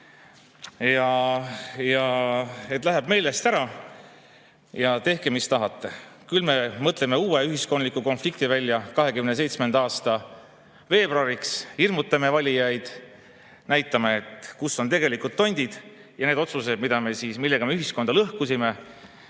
palun! Läheb meelest ära ja tehke, mis tahate. Küll me mõtleme uue ühiskondliku konflikti välja 2027. aasta veebruariks, hirmutame valijaid, näitame, kus on tegelikud tondid, ja need otsused, millega me ühiskonda lõhkusime,